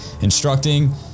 instructing